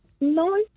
No